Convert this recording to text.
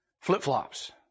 flip-flops